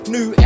New